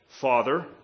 Father